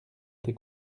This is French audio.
tes